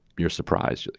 you're surprised.